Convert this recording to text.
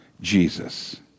Jesus